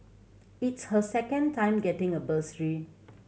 it's her second time getting a bursary